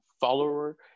follower